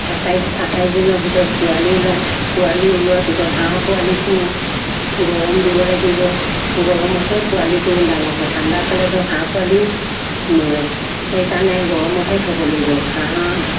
সাতাইছ আঠাইছ দিনৰ ভিতৰত পোৱালি ওলায় পোৱালি ওলোৱাৰ পিছত হাঁহ পোৱালীকো গৰম দিব লাগিব গৰমতহে পোৱালিটো ডাঙৰ হয় ঠাণ্ডা পালে ধৰক হাঁহ পোৱালিও মৰে সেইকাৰণে গৰমতহে থ'ব লাগিব হাঁহ